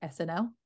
snl